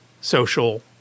social